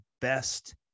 best